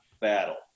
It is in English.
battle